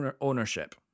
ownership